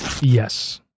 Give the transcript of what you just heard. Yes